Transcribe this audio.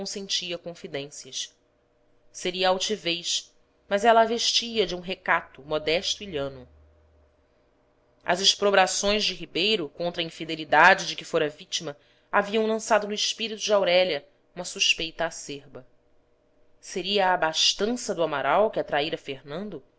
consentia confidências seria altivez mas ela a vestia de um recato modesto e lhano as exprobrações de ribeiro contra a infidelidade de que fora vítima haviam lançado no espírito de aurélia uma suspeita acerba seria a abastança do amaral que atraíra fernando